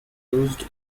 used